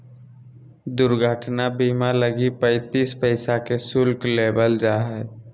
दुर्घटना बीमा लगी पैंतीस पैसा के शुल्क लेबल जा हइ